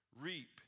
reap